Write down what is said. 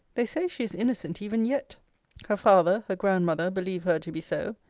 they say she is innocent even yet her father, her grandmother, believe her to be so.